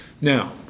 Now